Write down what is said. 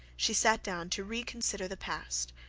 she sat down to reconsider the past,